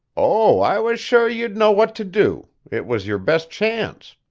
oh, i was sure you'd know what to do. it was your best chance.